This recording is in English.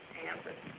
answer